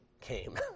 came